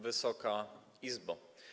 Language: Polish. Wysoka Izbo!